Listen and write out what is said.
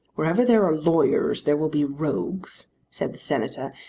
wherever there are lawyers there will be rogues, said the senator,